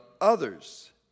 others